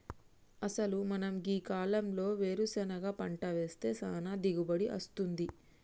అసలు మనం గీ కాలంలో వేరుసెనగ పంట వేస్తే సానా దిగుబడి అస్తుంది